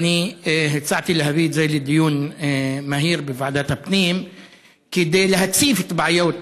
ואני הצעתי להביא את זה לדיון מהיר בוועדת הפנים כדי להציף את בעיות